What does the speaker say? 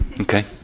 Okay